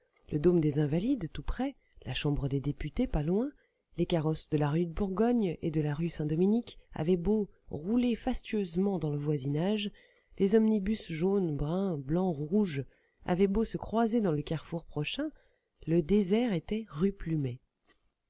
le dôme des invalides tout près la chambre des députés pas loin les carrosses de la rue de bourgogne et de la rue saint-dominique avaient beau rouler fastueusement dans le voisinage les omnibus jaunes bruns blancs rouges avaient beau se croiser dans le carrefour prochain le désert était rue plumet